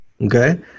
Okay